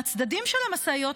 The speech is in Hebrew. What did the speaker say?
מהצדדים של המשאיות,